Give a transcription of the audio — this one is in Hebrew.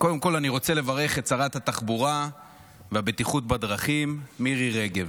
קודם כול אני רוצה לברך את שרת התחבורה והבטיחות בדרכים מירי רגב.